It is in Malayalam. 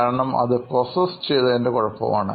കാരണം അത് പ്രോസസ് ചെയ്തതിൻറെ കുഴപ്പമാണ്